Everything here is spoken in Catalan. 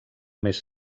més